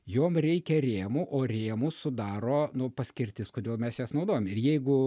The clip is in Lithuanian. jom reikia rėmų o rėmus sudaro nu paskirtis kodėl mes jas naudojam ir jeigu